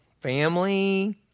Family